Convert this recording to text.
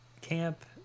camp